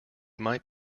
might